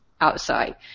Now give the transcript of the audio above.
outside